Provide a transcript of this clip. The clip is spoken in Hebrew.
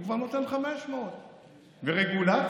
הוא כבר נותן 500. ורגולציה,